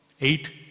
eight